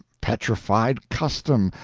petrified custom,